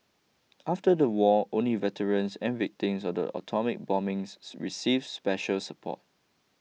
after the war only veterans and victims of the atomic bombings receive special support